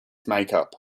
makeup